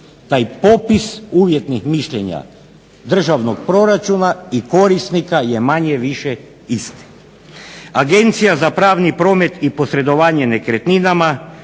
taj popis uvjetnih mišljenja državnog proračuna i korisnika je manje-više isti. Agencija za pravni promet i posredovanje nekretninama,